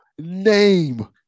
name